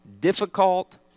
difficult